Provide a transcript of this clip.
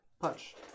Punch